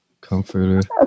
comforter